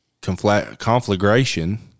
conflagration